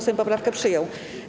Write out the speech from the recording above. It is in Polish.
Sejm poprawkę przyjął.